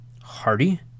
Hardy